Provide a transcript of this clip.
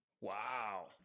Wow